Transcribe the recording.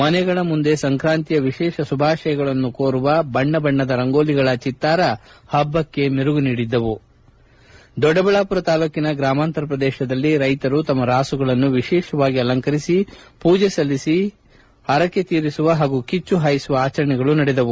ಮನೆಗಳ ಮುಂದೆ ಸಂಕ್ರಾಂತಿಯ ವಿಶೇಷ ಶುಭಾಶಯಗಳನ್ನು ಕೋರುವ ಬಣ್ಣ ಬಣ್ಣದ ರಂಗೋಲಿಗಳ ಚಿತ್ತಾರವು ಹಬ್ಬಕ್ಕೆ ಮೆರುಗು ನೀಡಿದ್ದಾ ದೊಡ್ಡಬಳ್ಳಾಪುರ ತಾಲೂಕಿನ ಗ್ರಾಮಾಂತರ ಪ್ರದೇಶದಲ್ಲಿ ರೈತರು ತಮ್ಮ ರಾಸುಗಳನ್ನು ವಿಶೇಷವಾಗಿ ಅಲಂಕರಿಸಿ ಪೂಜೆ ಸಲ್ಲಿಸಿ ಕಾಟಮರಾಯನಿಗೆ ಪರ ತೀರಿಸುವ ಹಾಗೂ ಕಿಚ್ಚು ಹಾಯಿಸುವ ಆಚರಣೆಗಳು ನಡೆದವು